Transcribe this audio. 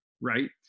right